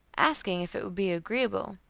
asking if it would be agreeable.